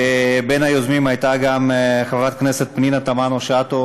בין היוזמים הייתה גם חברת הכנסת פנינה תמנו-שטה,